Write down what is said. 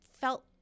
felt